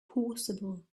possible